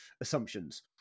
assumptions